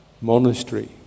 monastery